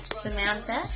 Samantha